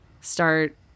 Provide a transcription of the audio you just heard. start